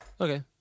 Okay